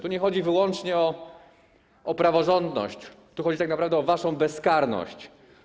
Tu nie chodzi wyłącznie o praworządność, tu chodzi tak naprawdę o waszą bezkarność.